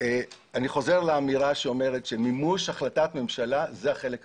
אני חוזר לאמירה שמימוש החלטת ממשלה זה החלק הקשה.